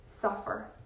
suffer